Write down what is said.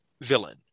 villain